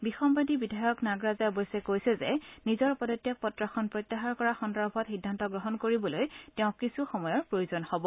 বিসম্বাদী বিধায়ক নাগৰাজে অৱশ্যে কৈছে যে নিজৰ পদত্যাগ পত্ৰখন প্ৰত্যাহাৰ কৰাৰ সন্দৰ্ভত সিদ্ধান্ত গ্ৰহণ কৰিবলৈ তেওঁক কিছু সময়ৰ প্ৰয়োজন হ'ব